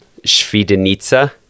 Świdnica